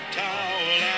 towel